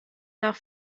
nach